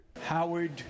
Howard